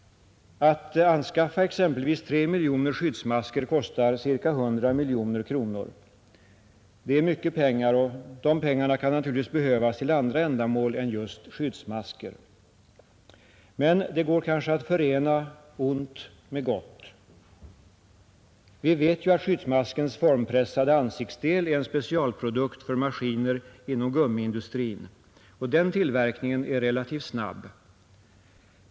Att anskaffa exempelvis 3 miljoner skyddsmasker kostar ca 100 miljoner kronor. Det är mycket pengar, och de kan naturligtvis behövas till andra ändamål än just skyddsmasker. Men det går kanske att förena ont med gott. Vi vet ju att skyddsmaskens formpressade ansiktsdel är en specialprodukt för maskiner inom gummiindustrin. Den tillverkningen är relativt snabb.